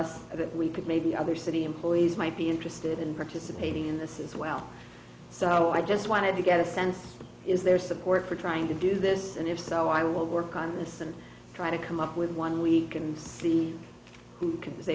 us that we could maybe other city employees might be interested in participating in this as well so i just wanted to get a sense is there support for trying to do this and if so i will work on this and try to come up with one week and see who